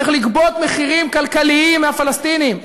צריך לגבות מחירים כלכליים מהפלסטינים.